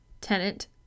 Tenant